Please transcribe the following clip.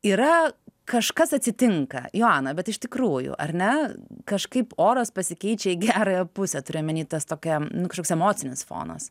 yra kažkas atsitinka joana bet iš tikrųjų ar ne kažkaip oras pasikeičia į gerąją pusę turiu omeny tas tokia nu koks emocinis fonas